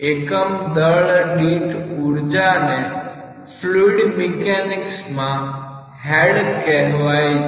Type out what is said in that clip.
એકમ દળ દીઠ ઉર્જાને ફ્લુઇડ મિકેનિક્સમાં 'હેડ' કહેવાય છે